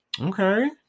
Okay